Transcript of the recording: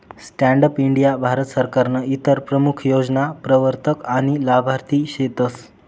stand up India Bharat सरकारनं इतर प्रमूख योजना प्रवरतक आनी लाभार्थी सेतस